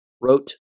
wrote